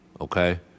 Okay